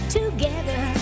together